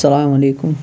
السلام علیکُم